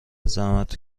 زحمت